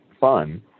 fun